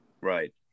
right